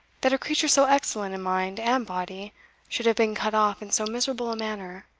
that a creature so excellent in mind and body should have been cut off in so miserable a manner,